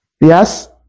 Yes